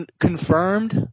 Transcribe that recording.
confirmed